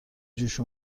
جوش